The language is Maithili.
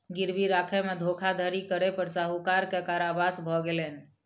गिरवी राखय में धोखाधड़ी करै पर साहूकार के कारावास भ गेलैन